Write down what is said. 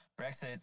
Brexit